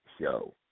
show